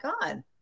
god